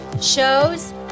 shows